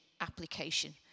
application